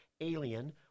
Alien